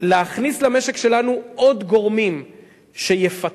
להכניס למשק שלנו עוד גורמים שיפתחו,